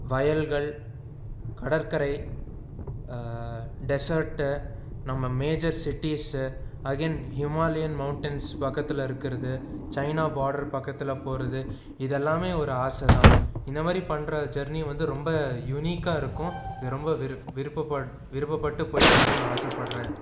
வயல்கள் கடற்கரை டெஸட்டு நம்ம major cities again Himalayan mountains பக்கத்தில் இருக்கிறது சைனா பாடர் பக்கத்தில் போகிறது இதெல்லாமே ஒரு ஆசை தான் இந்த மாதிரி பண்ற ஜெர்னி வந்து ரொம்ப யுனிக்காக இருக்கும் ரொம்ப வி விருப்ப விருப்பப்பட்டு போயிட்டு வரணுன்னு ஆசப்பட்றேன்